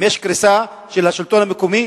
אם יש קריסה של השלטון המקומי,